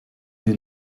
you